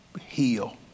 Heal